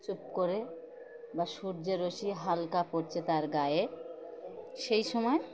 চুপ করে বা সূর্যের রশ্মি হালকা পড়ছে তার গায়ে সেই সময়